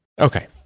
okay